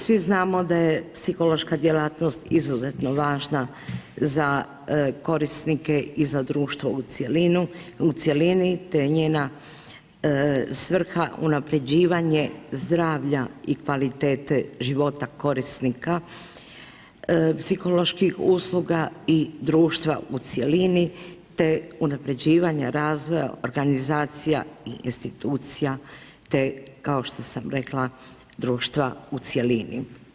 Svi znamo da je psihološka djelatnost izuzetno važna za korisnike i za društvo u cjelini te njena svrha unaprjeđivanje zdravlja i kvalitete života korisnika psiholoških usluga i društva u cjelini te unaprjeđivanje razvoja, organizacija i institucija te kao što sam rekla, društva u cjelini.